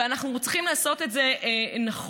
ואנחנו צריכים לעשות את זה נכון,